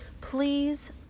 please